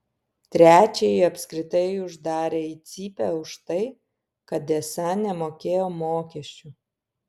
trečiąjį apskritai uždarė į cypę už tai kad esą nemokėjo mokesčių